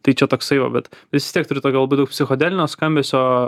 tai čia toksai va bet vis tiek turi tokio labai daug psichodelinio skambesio